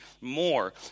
more